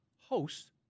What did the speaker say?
Host